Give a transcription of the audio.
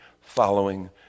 following